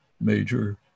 major